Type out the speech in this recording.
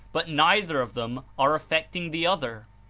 but neither of them are affecting the other.